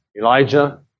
Elijah